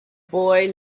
boy